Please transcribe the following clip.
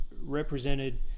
represented